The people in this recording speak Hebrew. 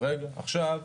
הפק"ל הזה